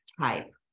type